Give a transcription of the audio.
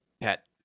pet